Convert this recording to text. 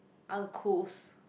uncouth